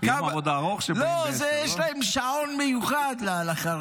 והוא אמר לי: ב-19:00 החופה.